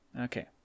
Okay